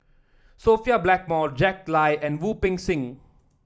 Sophia Blackmore Jack Lai and Wu Peng Seng